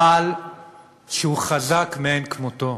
רעל שהוא חזק מאין כמותו,